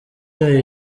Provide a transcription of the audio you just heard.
yayo